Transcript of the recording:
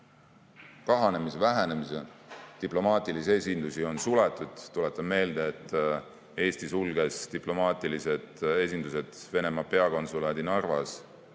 kahanemise, vähenemise. Diplomaatilisi esindusi on suletud. Tuletan meelde, et Eesti sulges diplomaatilised esindused, Venemaa peakonsulaadi Narvas